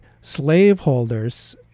slaveholders